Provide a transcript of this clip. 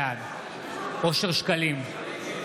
בעד אושר שקלים, נגד